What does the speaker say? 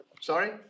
Sorry